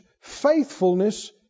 faithfulness